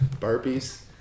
burpees